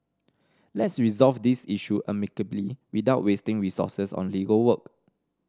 let's resolve this issue amicably without wasting resources on legal work